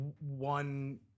One